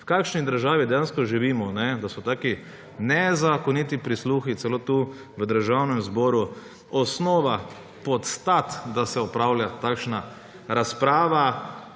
v kakšni državi dejansko živimo, da so taki nezakoniti prisluhi celo tukaj, v Državnem zboru osnova, podstat, da se opravlja takšna razprava.